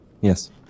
Yes